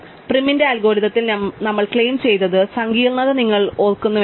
പ്രിമിന്റെ അൽഗോരിതത്തിന് ഞങ്ങൾ ക്ലെയിം ചെയ്ത സങ്കീർണ്ണത നിങ്ങൾ ഓർക്കുന്നുവെങ്കിൽ